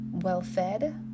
well-fed